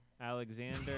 Alexander